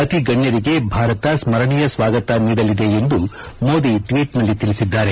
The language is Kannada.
ಅತಿ ಗಣ್ಠರಿಗೆ ಭಾರತ ಸ್ಕರಣೀಯ ಸ್ವಾಗತ ನೀಡಲಿದೆ ಎಂದು ಮೋದಿ ಟ್ವೀಟ್ನಲ್ಲಿ ತಿಳಿಸಿದ್ದಾರೆ